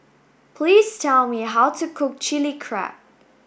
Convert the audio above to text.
please tell me how to cook Chilli Crab